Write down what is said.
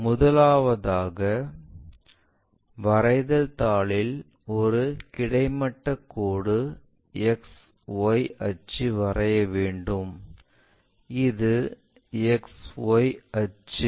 முதலாவதாக வரைதல் தாளில் ஒரு கிடைமட்ட கோடு XY அச்சு வரைய வேண்டும் இது XY அச்சு